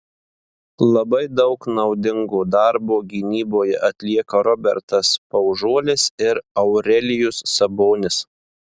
labai daug naudingo darbo gynyboje atlieka robertas paužuolis ir aurelijus sabonis